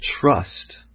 trust